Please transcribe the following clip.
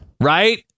Right